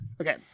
Okay